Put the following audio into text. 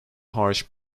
harsh